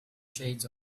shades